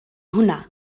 hwnna